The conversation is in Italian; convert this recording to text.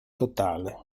totale